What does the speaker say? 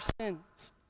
sins